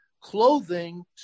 clothing